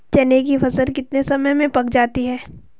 चने की फसल कितने समय में पक जाती है?